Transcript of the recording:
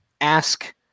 ask